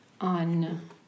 on